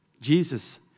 Jesus